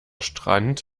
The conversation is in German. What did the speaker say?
strand